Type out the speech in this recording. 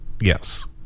Yes